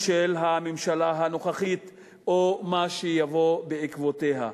של הממשלה הנוכחית או מה שיבוא בעקבותיה.